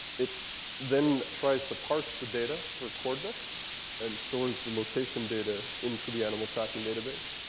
it then tries to parse the data for coordinates and stores the location data into the animal tracking database.